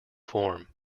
form